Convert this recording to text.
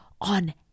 on